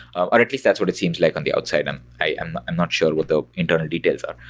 or at least that's what it seems like on the outside, and i am am not sure what the internal details are.